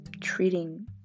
treating